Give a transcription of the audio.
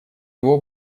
его